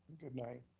goodnight.